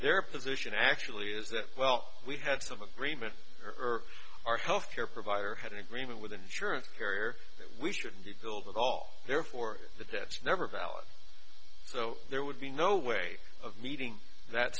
their position actually is that well we had some agreement or our health care provider had an agreement with an insurance carrier that we shouldn't be billed at all therefore the debts never balance so there would be no way of meeting that